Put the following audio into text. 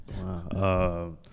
Wow